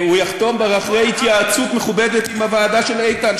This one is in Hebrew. הוא יחתום אחרי התייעצות מכובדת עם הוועדה של איתן,